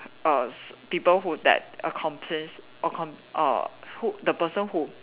err people who that accomplice accom~ err who the person who